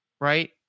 right